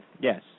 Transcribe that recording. Yes